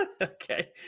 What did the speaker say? Okay